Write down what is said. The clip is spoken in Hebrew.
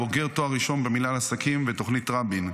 בוגר תואר ראשון במינהל עסקים בתוכנית רבין.